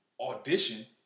audition